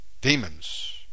Demons